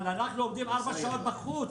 אבל אנחנו עומדים ארבע שעות בחוץ,